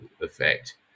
effect